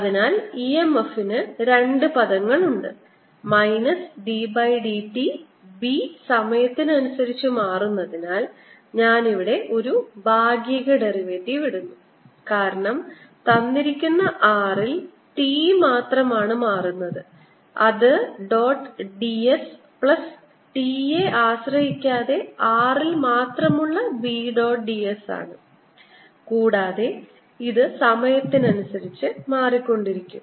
അതിനാൽ EMF ന് രണ്ട് പദങ്ങൾ ഉണ്ടായിരിക്കാം minus d by d t B സമയത്തിനനുസരിച്ച് മാറുന്നതിനാൽ ഞാൻ ഇവിടെ ഒരു ഭാഗിക ഡെറിവേറ്റീവ് ഇടുന്നു കാരണം തന്നിരിക്കുന്ന r ൽ t മാത്രമാണ് മാറുന്നത് അത് dot d s plus t യെ ആശ്രയിക്കാതെ r ൽ മാത്രമുള്ള B ഡോട്ട് d s ആണ് കൂടാതെ ഇത് സമയത്തിനനുസരിച്ച് മാറിക്കൊണ്ടിരിക്കും